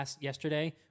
yesterday